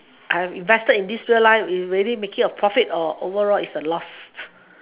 I have invested in this real life is really making a profit or overall is a loss